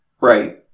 Right